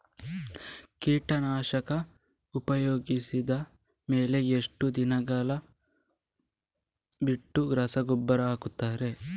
ಕೀಟನಾಶಕ ಉಪಯೋಗಿಸಿದ ಮೇಲೆ ಎಷ್ಟು ದಿನಗಳು ಬಿಟ್ಟು ರಸಗೊಬ್ಬರ ಹಾಕುತ್ತಾರೆ?